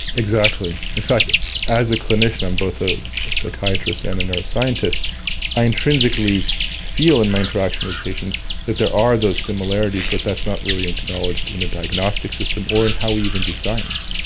exactly. in fact as a clinician i'm both a a psychiatrist and a neuroscientist i intrinsically feel in my interaction with patients that there are those similarities, but that's not really acknowledged in the diagnostic system or in how we even do science.